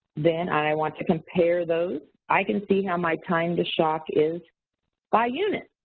then i want to compare those, i can see how my time to shock is by unit.